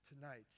tonight